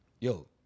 yo